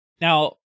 Now